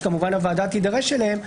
שהוועדה תידרש להם,